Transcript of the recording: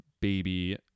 baby